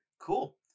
cool